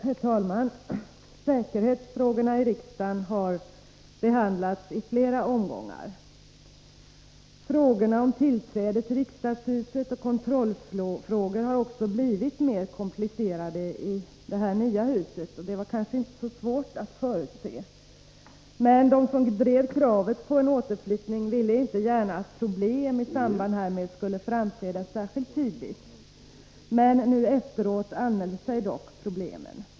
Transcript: Herr talman! Säkerhetsfrågorna i riksdagen har behandlats i flera omgångar. Att frågor om tillträde till riksdagshuset och kontrollfrågor skulle bli mer komplicerade här på Helgeandsholmen var kanske inte så svårt att förutse. De som drev kravet på en återflyttning ville inte gärna att problem i samband härmed skulle framträda särskilt tydligt. Nu efteråt anmäler sig dock problemen.